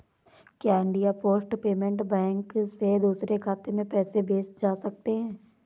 क्या India post payment bank से दूसरे खाते में पैसे भेजे जा सकते हैं?